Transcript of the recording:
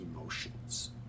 emotions